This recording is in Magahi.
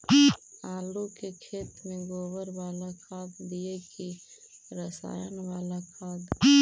आलू के खेत में गोबर बाला खाद दियै की रसायन बाला खाद?